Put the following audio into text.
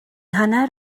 hanner